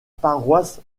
paroisse